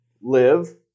Live